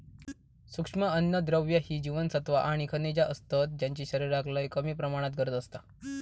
सूक्ष्म अन्नद्रव्य ही जीवनसत्वा आणि खनिजा असतत ज्यांची शरीराक लय कमी प्रमाणात गरज असता